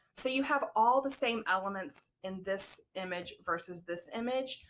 so you have all the same elements in this image versus this image,